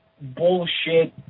bullshit